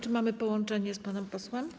Czy mamy połączenie z panem posłem?